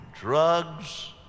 drugs